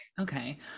okay